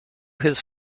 his